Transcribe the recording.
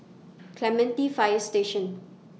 Clementi Fire Station